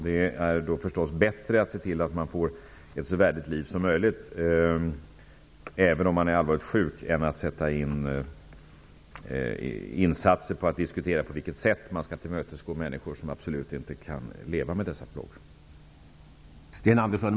Det är naturligtvis bättre att vi ser till att människor får ett så värdigt liv som möjligt, även de allvarligt sjuka, än att sätta in insatser för att diskutera på vilket sätt man bör tillmötesgå människor som absolut inte orkar leva med sina plågor.